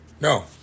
No